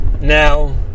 now